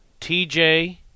TJ